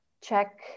check